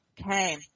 Okay